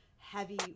heavy